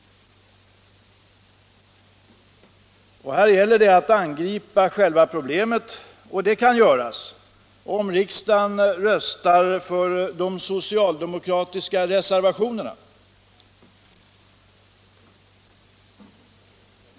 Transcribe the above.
Här gäller det att angripa själva problemet, och det kan göras om riksdagen röstar för de socialdemokratiska reservationerna.